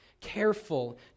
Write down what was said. careful